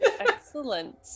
Excellent